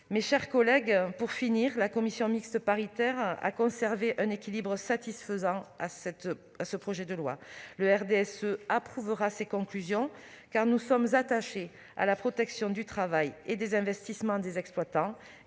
Mes chers collègues, pour finir, la commission mixte paritaire a conservé un équilibre satisfaisant. Le RDSE approuvera ses conclusions, car ses membres sont attachés à la protection du travail, des investissements et surtout des